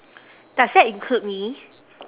does that include me